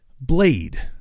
blade